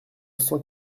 cent